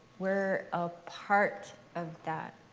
we're a part of that.